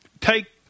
take